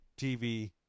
TV